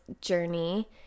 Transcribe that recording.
journey